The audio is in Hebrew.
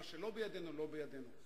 מה שלא בידינו, לא בידינו.